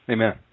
Amen